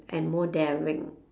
and more daring